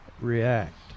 react